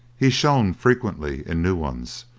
he shone frequently in new ones,